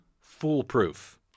foolproof